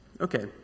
Okay